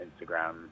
Instagram